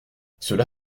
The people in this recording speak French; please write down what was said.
cela